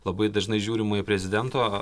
labai dažnai žiūrima į prezidento